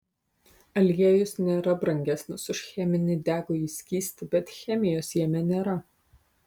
aliejus nėra brangesnis už cheminį degųjį skystį bet chemijos jame nėra